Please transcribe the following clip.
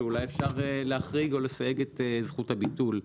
שאולי אפשר להחריג או לסייג את זכות הביטול.